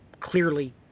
clearly